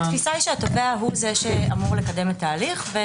התפיסה היא שהתובע הוא זה שאמור לקדם את ההליך.